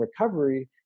recovery